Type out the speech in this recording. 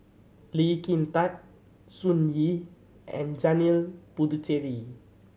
Lee Kin Tat Sun Yee and Janil Puthucheary